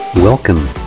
Welcome